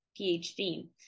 PhD